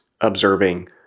observing